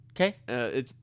Okay